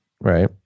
Right